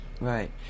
right